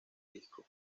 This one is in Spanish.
disco